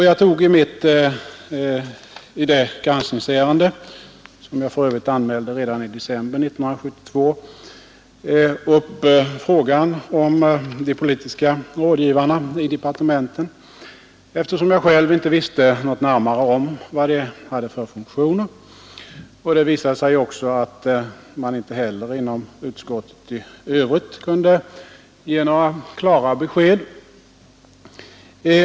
Jag tog i ett granskningsärende — som jag för övrigt anmälde redan i december 1972 — upp frågan om de politiska rådgivarna i departementen, eftersom jag själv inte visste något närmare om vad de har för funktioner. Det visade sig att man inte heller inom utskottet i övrigt kunde ge några klara besked.